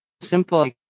simple